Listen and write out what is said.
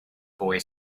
boy